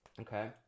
okay